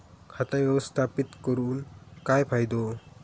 खाता व्यवस्थापित करून काय फायदो?